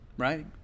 right